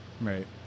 right